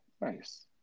nice